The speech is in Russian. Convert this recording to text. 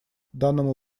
данному